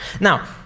Now